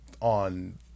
on